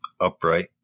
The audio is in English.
upright